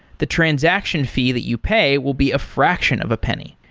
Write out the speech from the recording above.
the transaction fee that you pay will be a fraction of a penny.